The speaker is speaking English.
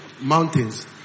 Mountains